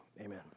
Amen